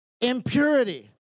impurity